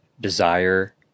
Desire